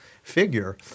figure